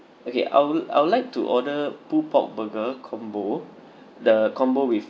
okay I woul~ I would like to order pulled pork burger combo the combo with